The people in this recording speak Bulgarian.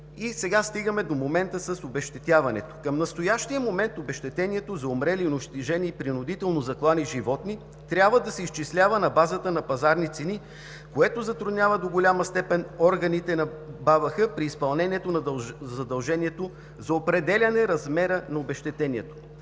сега стигаме до момента с обезщетяването. „Към настоящия момент обезщетението за умрели, унищожени и принудително заклани животни трябва да се изчислява на базата на пазарни цени, което затруднява до голяма степен органите на Българската асоциация по безопасност на храните при изпълнението на задължението за определяне размера на обезщетението.